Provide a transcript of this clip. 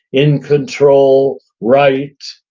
in control, right.